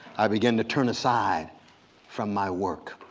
i began to turn aside from my work.